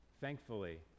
thankfully